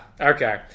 Okay